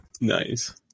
Nice